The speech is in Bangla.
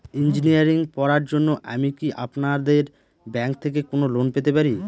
ইঞ্জিনিয়ারিং পড়ার জন্য আমি কি আপনাদের ব্যাঙ্ক থেকে কোন লোন পেতে পারি?